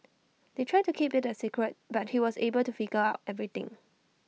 they tried to keep IT A secret but he was able to figure out everything